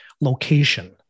location